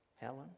Helen